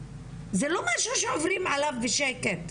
זה לא משהו שעוברים עליו בשקט.